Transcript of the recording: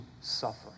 suffering